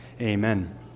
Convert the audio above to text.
amen